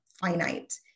finite